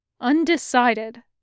Undecided